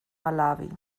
malawi